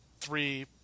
three